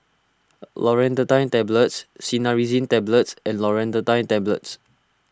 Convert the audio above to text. Loratadine Tablets Cinnarizine Tablets and Loratadine Tablets